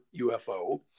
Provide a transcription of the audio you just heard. UFO